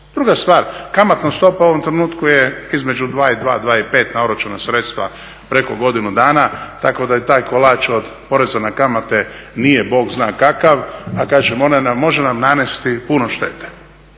Druga stvar, kamatna stopa u ovom trenutku je između 2 i 2, 2 i 5 na orožena sredstva preko godinu dana, tako da je taj kolač od poreza na kamate nije bog zna kakav, a kažem može nam nanesti puno štete.